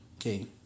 Okay